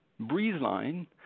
BreezeLine